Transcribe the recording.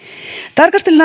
tarkastelen